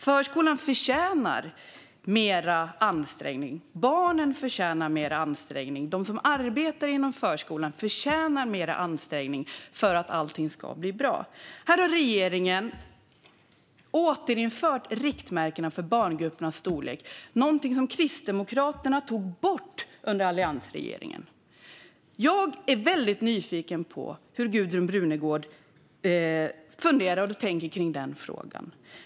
Förskolan förtjänar mer ansträngning, och barnen förtjänar mer ansträngning. De som arbetar inom förskolan förtjänar mer ansträngning för att allt ska bli bra. Här har regeringen återinfört riktmärkena för barngruppernas storlek. Det är någonting som Kristdemokraterna tog bort under alliansregeringen. Jag är nyfiken på hur Gudrun Brunegård funderar i den frågan.